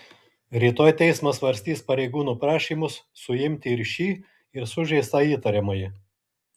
rytoj teismas svarstys pareigūnų prašymus suimti ir šį ir sužeistą įtariamąjį